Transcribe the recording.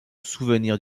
souvenir